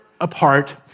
apart